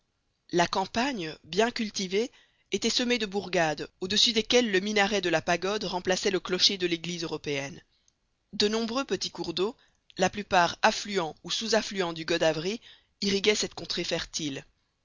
la campagne bien cultivée était semée de bourgades au-dessus desquelles le minaret de la pagode remplaçait le clocher de l'église européenne de nombreux petits cours d'eau la plupart affluents ou sous affluents du godavery irriguaient cette